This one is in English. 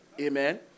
Amen